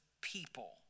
people